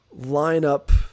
lineup